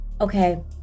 okay